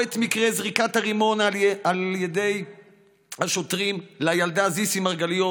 או את מקרה זריקת הרימון על ידי השוטרים לילדה זיסי מרגליות,